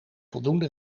voldoende